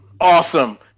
awesome